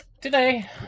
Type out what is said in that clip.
today